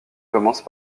commence